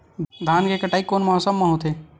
धान के कटाई कोन मौसम मा होथे?